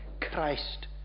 Christ